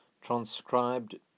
transcribed